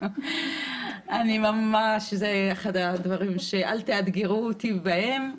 זה אחד הדברים שאל תאתגרו אותי בהם.